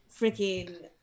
freaking